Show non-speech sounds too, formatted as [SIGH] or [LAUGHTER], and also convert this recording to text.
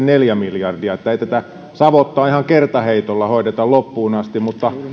[UNINTELLIGIBLE] neljä miljardia ei tätä savottaa ihan kertaheitolla hoideta loppuun asti mutta